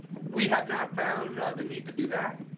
we have not found the need to do that.